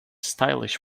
stylish